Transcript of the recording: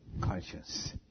conscience